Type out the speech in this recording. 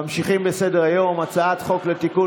ממשיכים בסדר-היום: הצעת חוק לתיקון